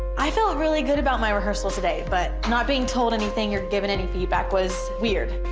i felt really good about my rehearsal today but, not being told anything or given any feedback was weird.